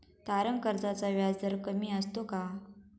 तारण कर्जाचा व्याजदर कमी असतो का?